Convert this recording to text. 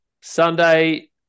Sunday